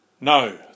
No